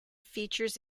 features